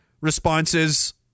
responses